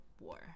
war